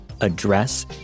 address